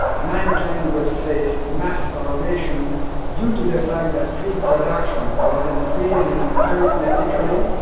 mankind would face mass starvation due to the fact that food production was increasing arithmetically,